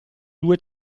due